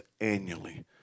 annually